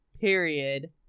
Period